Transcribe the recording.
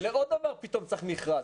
ולעוד דבר פתאום צריך מכרז,